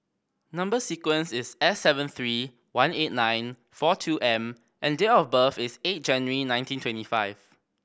number sequence is S seven three one eight nine four two M and date of birth is eight January nineteen twenty five